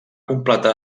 completar